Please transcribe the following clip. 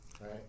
Right